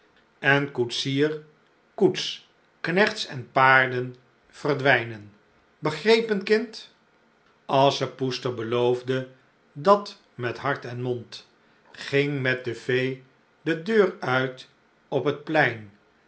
en koetsier koets knechts en paarden verdwijnen begrepen kind asschepoester beloofde dat met hart en mond ging met de fee de deur uit op het plein